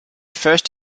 first